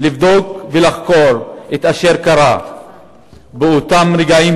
לבדוק ולחקור את אשר קרה באותם רגעים,